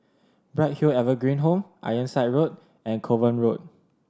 Bright Hill Evergreen Home Ironside Road and Kovan Road